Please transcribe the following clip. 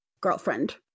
girlfriend